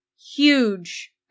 huge